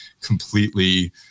completely